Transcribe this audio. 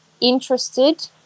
interested